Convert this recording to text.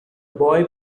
boy